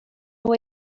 nhw